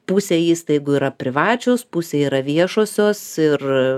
pusė įstaigų yra privačios pusė yra viešosios ir